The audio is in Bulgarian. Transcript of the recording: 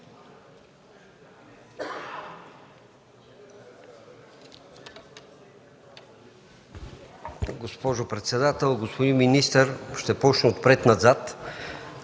Госпожо председател, господин министър! Ще започна отпред-назад.